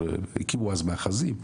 כשהקימו אז מאחזים,